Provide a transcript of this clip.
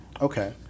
Okay